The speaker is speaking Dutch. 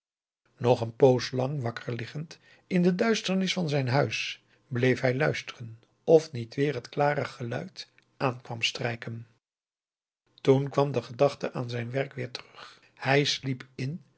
nog een poos lang wakker liggend in de duisternis van zijn huis bleef hij luisteren of niet weer het klare geluid aan kwam strijken toen kwam de gedachte aan zijn werk weer terug hij sliep in